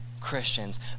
Christians